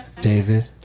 David